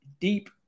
deep